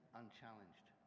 unchallenged